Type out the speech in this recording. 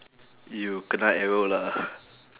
you kena arrow lah